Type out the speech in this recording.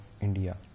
India